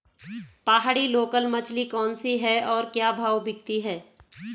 पहाड़ी लोकल मछली कौन सी है और क्या भाव बिकती है?